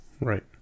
Right